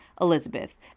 Elizabeth